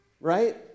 right